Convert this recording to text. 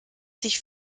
sich